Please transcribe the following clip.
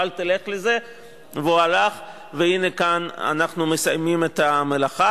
אורלב, שנמצא כאן אתנו, שהוביל להקמת ועדת החקירה,